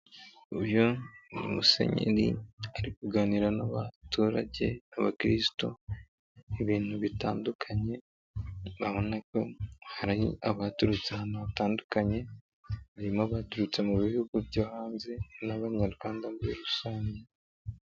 Uyu ni Musenyeri ari kuganira n'abaturage b'abakirisitu ibintu bitandukanye ubona ko hari abaturutse ahantu hatandukanye barimo abaturutse mu bihugu byo hanze n'abanyarwanda muri birusange.